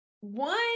one